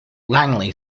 langley